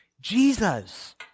Jesus